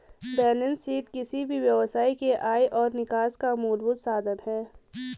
balance sheet किसी भी व्यवसाय के आय और निकास का मूलभूत साधन है